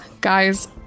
guys